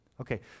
Okay